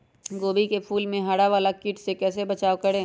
गोभी के फूल मे हरा वाला कीट से कैसे बचाब करें?